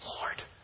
Lord